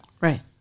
Right